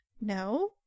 No